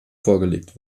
vorgelegt